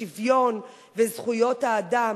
השוויון וזכויות האדם,